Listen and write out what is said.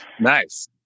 Nice